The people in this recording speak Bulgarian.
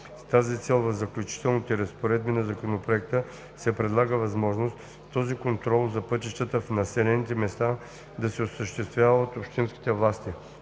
С тази цел в Заключителните разпоредби на Законопроекта се предлага възможност контролът за пътищата в населените места да се осъществява от общинските власти.